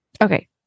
Okay